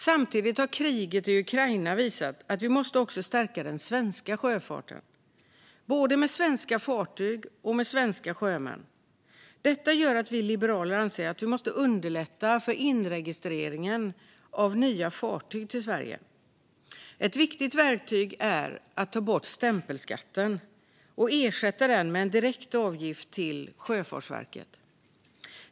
Samtidigt har kriget i Ukraina visat att vi också måste stärka den svenska sjöfarten, både med svenska fartyg och med svenska sjömän. Detta gör att vi liberaler anser att vi måste underlätta för inregistreringen av nya fartyg till Sverige. Ett viktigt verktyg är att ta bort stämpelskatten och ersätta den med en direkt avgift till Sjöfartsverket.